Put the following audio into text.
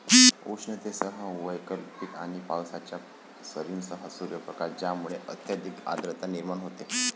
उष्णतेसह वैकल्पिक आणि पावसाच्या सरींसह सूर्यप्रकाश ज्यामुळे अत्यधिक आर्द्रता निर्माण होते